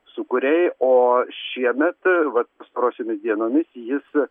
sūkuriai oo šiemet vat pastarosiomis dienomis jis